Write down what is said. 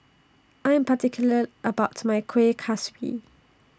I Am particular about My Kuih Kaswi